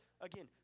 again